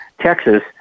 Texas